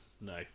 no